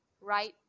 right